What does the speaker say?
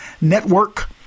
Network